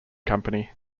company